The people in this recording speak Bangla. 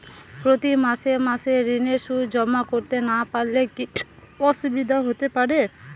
প্রতি মাসে মাসে ঋণের সুদ জমা করতে না পারলে কি অসুবিধা হতে পারে?